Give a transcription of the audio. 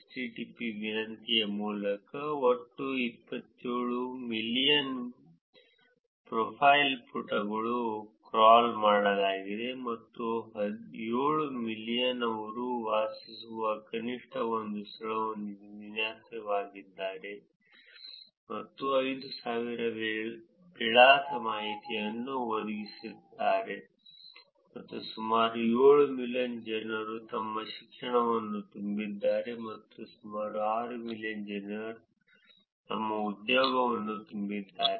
HTTP ವಿನಂತಿಯ ಮೂಲಕ ಒಟ್ಟು 27 ಮಿಲಿಯನ್ ಪ್ರೊಫೈಲ್ ಪುಟಗಳನ್ನು ಕ್ರಾಲ್ ಮಾಡಲಾಗಿದೆ ಮತ್ತು 7 ಮಿಲಿಯನ್ ಅವರು ವಾಸಿಸುವ ಕನಿಷ್ಠ ಒಂದು ಸ್ಥಳವನ್ನು ವ್ಯಾಖ್ಯಾನಿಸಿದ್ದಾರೆ ಮತ್ತು 5000 ವಿಳಾಸ ಮಾಹಿತಿಯನ್ನು ಒದಗಿಸಿದ್ದಾರೆ ಮತ್ತು ಸುಮಾರು 7 ಮಿಲಿಯನ್ ಜನರು ತಮ್ಮ ಶಿಕ್ಷಣವನ್ನು ತುಂಬಿದ್ದಾರೆ ಮತ್ತು ಸುಮಾರು 6 ಮಿಲಿಯನ್ ಜನರು ತಮ್ಮ ಉದ್ಯೋಗವನ್ನು ತುಂಬಿದ್ದಾರೆ